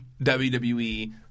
WWE